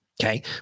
okay